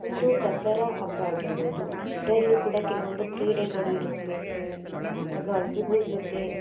ಒಂದು ದಸರಾ ಹಬ್ಬ ಆಗಿರ್ಬೋದು ಇದರಲ್ಲು ಕೂಡ ಕೆಲವೊಂದು ಕ್ರೀಡೆಗಳು ಇರುತ್ತೆ ಇವಾಗ ಹಸುಗಳ್ ಜೊತೆ